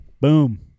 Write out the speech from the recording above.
Boom